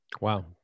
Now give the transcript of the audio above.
Wow